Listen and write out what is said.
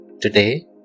Today